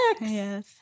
Yes